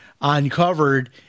uncovered